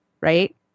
right